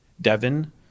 Devon